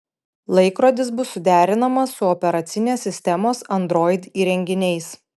laikrodis bus suderinamas su operacinės sistemos android įrenginiais